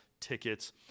tickets